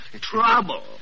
Trouble